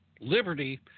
liberty